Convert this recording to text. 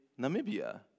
Namibia